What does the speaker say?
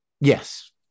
Yes